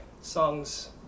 songs